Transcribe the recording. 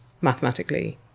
mathematically